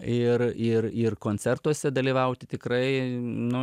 ir ir ir koncertuose dalyvauti tikrai nu